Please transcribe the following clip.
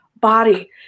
body